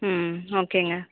ம் ஓகேங்க